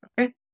Okay